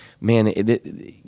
Man